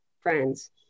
friends